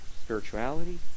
spirituality